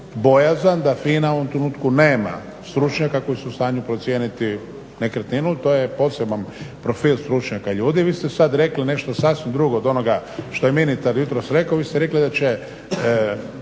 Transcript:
bojazan da FINA u ovom trenutku nema stručnjaka koji su u stanju procijeniti nekretninu. To je poseban profil stručnjaka ljudi. Vi ste sad rekli nešto sasvim drugo od onoga što je ministar jutros rekao, vi ste rekli da